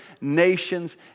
nations